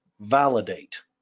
validate